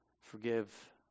forgive